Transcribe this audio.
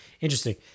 Interesting